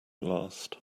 last